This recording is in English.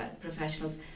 professionals